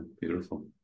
Beautiful